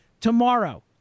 Tomorrow